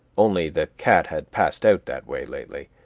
only the cat had passed out that way lately.